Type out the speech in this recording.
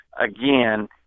Again